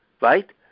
Right